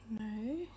No